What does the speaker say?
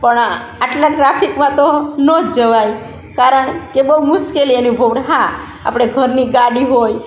પણ આટલા ટ્રાફિકમાં તો ન જ જવાય કારણ કે બહુ મુશ્કેલી અનુભવવી પડે ને હા આપણે ઘરની ગાડી હોય